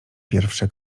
pierwsze